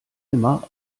immer